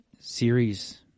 series